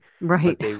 Right